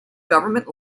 government